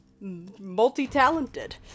multi-talented